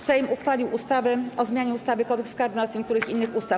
Sejm uchwalił ustawę o zmianie ustawy - Kodeks karny oraz niektórych innych ustaw.